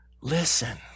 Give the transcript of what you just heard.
Listen